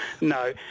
No